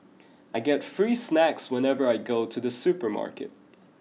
I get free snacks whenever I go to the supermarket